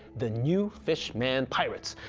the new fish-man pirates,